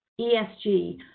ESG